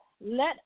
let